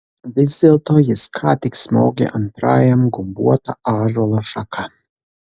vis dėlto jis ką tik smogė antrajam gumbuota ąžuolo šaka